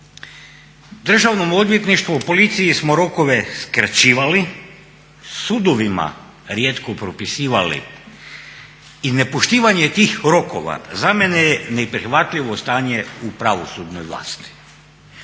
Državnom odvjetništvu, policiji smo rokove skraćivali, sudovima rijetko propisivali i nepoštivanje tih rokova za mene je neprihvatljivo stanje u pravosudnoj vlasti.